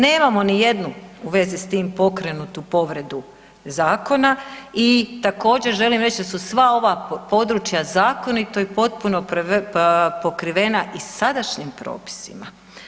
Nemamo ni jednu u vezi s tim pokrenutu povredu zakona i također želim reći da su sva ova područja zakonito i potpuno pokrivena i sadašnjim propisima.